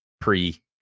pre